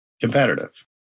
competitive